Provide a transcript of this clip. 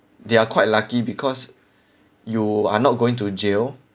they are quite lucky because you are not going to jail